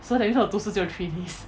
so that means 我读书只有 three days